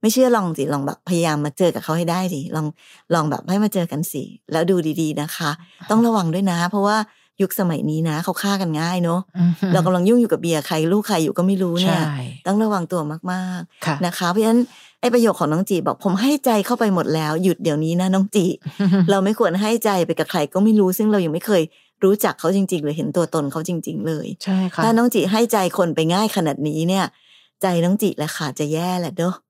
ไม่เชื่อลองสิ ลองแบบพยายามมาเจอกับเขาให้ได้สิ ลองลองแบบให้มาเจอกันสิ แล้วดูดีๆนะคะ ต้องระวังด้วยนะ เพราะว่ายุคสมัยนี้นะเขาฆ่ากันง่ายเนอะอืมหืมเรากำลังยุ่งอยู่กับเบียร์ใครลูกใครอยู่ก็ไม่รู้เนี่ยใช่ต้องระวังตัวมากๆค่ะนะคะ เพราะฉะนั้นไอ้ประโยคของน้องจีบอกผมให้ใจเข้าไปหมดแล้ว หยุดเดี๋ยวนี้นะน้องจีอืมหืมเราไม่ควรให้ใจไปกับใครก็ไม่รู้ ซึ่งเรายังไม่เคยรู้จักเขาจริงๆหรือเห็นตัวตนเขาจริงๆเลยใช่ค่ะถ้าน้องจีให้ใจคนไปง่ายขนาดนี้เนี่ย ใจน้องจีแหละค่ะจะแย่แหละเนอะ